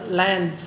land